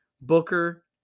Booker